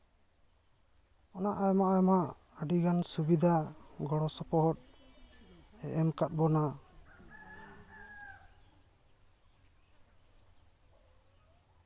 ᱚᱱᱟ ᱟᱭᱢᱟ ᱟᱭᱢᱟ ᱟᱹᱰᱤ ᱜᱟᱱ ᱥᱩᱵᱤᱫᱟ ᱜᱚᱲᱚ ᱥᱚᱯᱚᱦᱚᱫ ᱮᱢ ᱠᱟᱫ ᱵᱚᱱᱟ